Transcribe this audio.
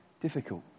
difficult